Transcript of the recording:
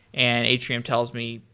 and atrium tells me,